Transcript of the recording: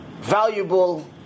valuable